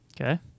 Okay